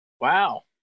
Wow